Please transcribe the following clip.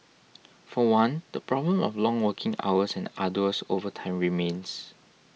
for one the problem of long working hours and arduous overtime remains